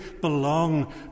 belong